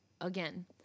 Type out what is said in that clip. again